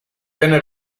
viene